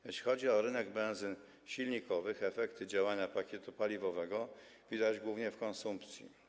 Jeśli chodzi o rynek benzyn silnikowych, to efekty działania pakietu paliwowego widać głównie w konsumpcji.